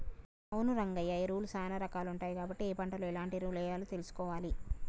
అవును రంగయ్య ఎరువులు సానా రాకాలు ఉంటాయి కాబట్టి ఏ పంటలో ఎలాంటి ఎరువులెయ్యాలో తెలుసుకోవాలి